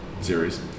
series